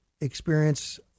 experience